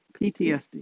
PTSD